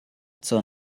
zur